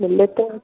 number तो